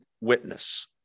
witness